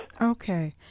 Okay